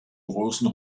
großen